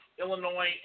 Illinois